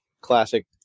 classic